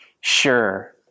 sure